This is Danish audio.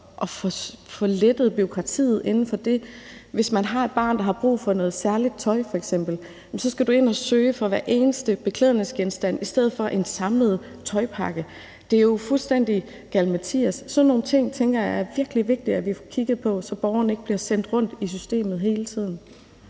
at få lettet bureaukratiet inden for det? Hvis man f.eks. har et barn, der har brug for noget særligt tøj, skal du ind at søge for hver eneste beklædningsgenstand i stedet for en samlet tøjpakke. Det er jo fuldstændig galimatias. Sådan nogle ting tænker jeg er virkelig vigtige at vi får kigget på, så borgerne ikke bliver sendt rundt i systemet hele tiden.